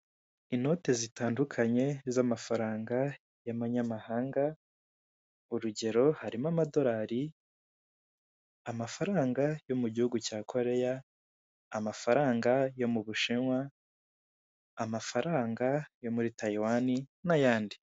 Inote zitandukanye z'amafaranga y'amanyamahanga, urugero harimo amadolari amafaranga yo mu gihugu cya koreya, amafaranga yo mu Bushinwa amafaranga yo muri Tayiwani n'ayandi.